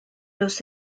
los